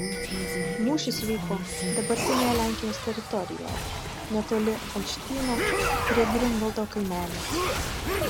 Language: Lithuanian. mūšis vyko dabartinėje lenkijos teritorijoje netoli olštyno prie griunvaldo kaimelio